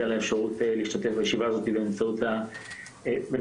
על האפשרות להשתתף בישיבה הזו באמצעות הזום.